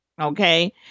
okay